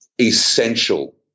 essential